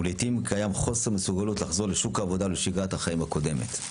ולעיתים קיים חוסר מסוגלות לחזור לשוק העבודה ולשגרת החיים הקודמת.